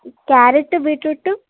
carrot beetroot